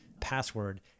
password